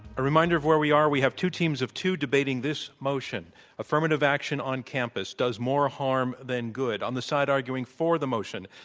a reminder of where we are. we have two teams of two debating this motion affirmative action on campus does more harm than good. on the side arguing for the motion,